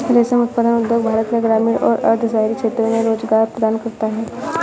रेशम उत्पादन उद्योग भारत में ग्रामीण और अर्ध शहरी क्षेत्रों में रोजगार प्रदान करता है